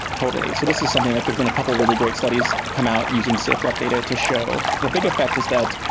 totally. so this is something that there's been a couple really great studies come out using safegraph data to show. the big effect is that,